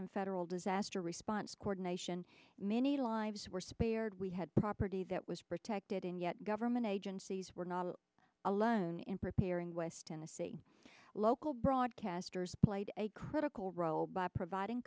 and federal disaster response coordination many lives were spared we had property that was protected and yet government agencies were not alone in preparing west tennessee local broadcasters played a critical role by providing